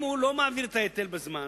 אם הוא לא מעביר את ההיטל בזמן,